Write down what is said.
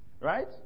Right